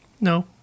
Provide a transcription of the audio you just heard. No